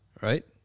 Right